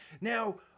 now